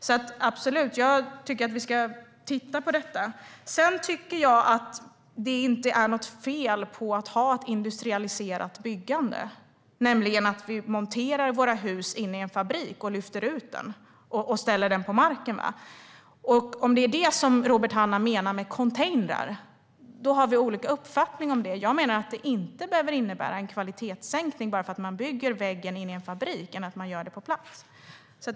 Vi ska absolut titta på detta. Det är inte fel att ha ett industrialiserat byggande, det vill säga att vi monterar hus i en fabrik, lyfter ut dem och ställer dem på marken. Om det är det Robert Hannah menar med containrar har vi olika uppfattning. Jag menar att det inte behöver innebära en kvalitetssänkning bara för att man bygger väggen i en fabrik i stället för på plats.